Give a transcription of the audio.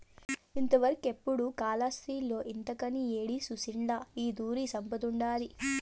ఇంతవరకెపుడూ కాలాస్త్రిలో ఇంతకని యేడి సూసుండ్ల ఈ తూరి సంపతండాది